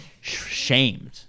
shamed